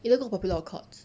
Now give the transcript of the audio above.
either go popular or courts